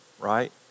right